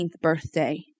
birthday